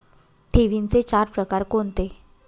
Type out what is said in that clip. ठेवींचे चार प्रकार कोणते?